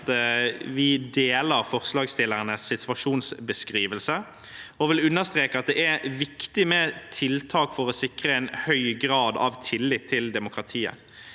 vi deler forslagsstillernes situasjonsbeskrivelse og vil understreke at det er viktig med tiltak for å sikre en høy grad av tillit til demokratiet.